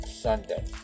Sunday